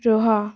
ରୁହ